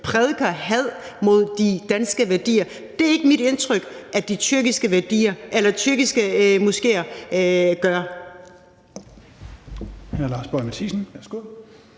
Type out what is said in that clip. prædiker had mod de danske værdier. Det er det ikke mit indtryk at de tyrkiske moskéer gør.